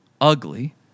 ugly